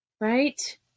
Right